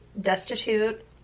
destitute